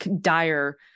dire